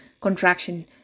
contraction